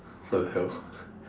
what the hell